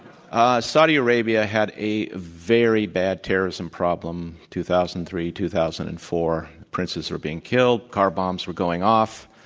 saudi arabia had a very bad terrorism problem two thousand and three, two thousand and four. princes were being killed. car bombs were going off.